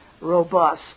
robust